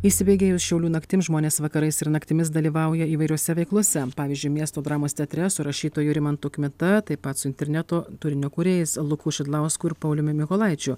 įsibėgėjus šiaulių naktims žmonės vakarais ir naktimis dalyvauja įvairiose veiklose pavyzdžiui miesto dramos teatre su rašytoju rimantu kmita taip pat su interneto turinio kūrėjais luku šidlausku ir pauliumi mykolaičiu